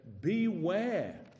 Beware